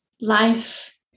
life